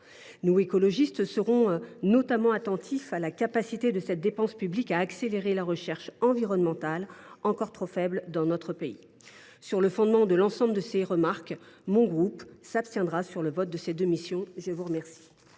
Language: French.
Nous, écologistes, serons notamment attentifs à la capacité de cette dépense publique à accélérer la recherche environnementale, encore trop faible dans notre pays. Compte tenu de l’ensemble de ces remarques, mon groupe s’abstiendra sur le vote de ces deux missions. Mes chers